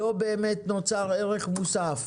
לא באמת נוצר ערך נוסף